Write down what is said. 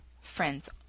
Friends